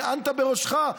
הנהנת בראשך,